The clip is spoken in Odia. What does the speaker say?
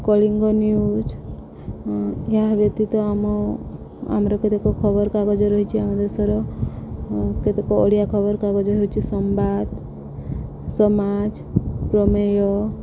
କଳିଙ୍ଗ ନ୍ୟୁଜ୍ ଏହା ବ୍ୟତୀତ ଆମ ଆମର କେତେକ ଖବରକାଗଜ ରହିଛି ଆମ ଦେଶର କେତେକ ଓଡ଼ିଆ ଖବରକାଗଜ ହେଉଛି ସମ୍ବାଦ ସମାଜ ପ୍ରମେୟ